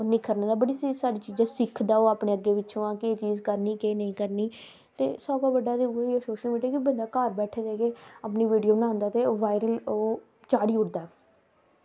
ते दिक्खने आं ते बड़ी सारी चीज़ां ओह् दिक्खदा अपने इंया की केह् चीज़ करनी ते केह् नेईं करनी ते सारें गी एह् सोशल मीडिया घर बैठे दे ते अपनी वीडियो बनांदा ते ओह् वायरल करी ओड़दा